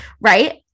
right